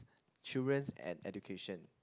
children and education